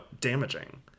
damaging